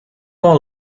all